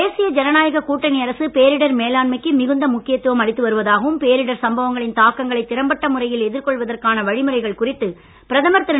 தேசிய ஜனநாயக கூட்டணி அரசு பேரிடர் மேலாண்மைக்கு மிகுந்த முக்கியத்துவம் அளித்து வருவதாகவும் பேரிடர் சம்பவங்களின் தாக்கங்களை திறம்பட்ட முறையில் எதிர்கொள்வதற்கான வழிமுறைகள் குறித்து பிரதமர் திரு